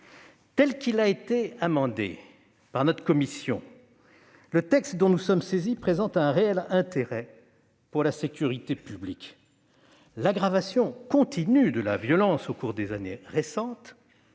Tel qu'il a été amendé par notre commission, le texte dont nous sommes saisis présente un réel intérêt pour la sécurité publique. L'aggravation continue de la violence au cours des années récentes,